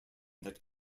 that